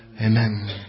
Amen